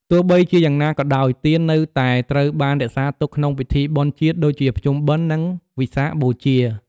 ទោះបីជាយ៉ាងណាក៏ដោយ ទៀននៅតែត្រូវបានរក្សាទុកក្នុងពិធីបុណ្យជាតិ ដូចជាភ្ជុំបិណ្ឌ និងវិសាខបូជា។